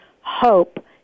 hope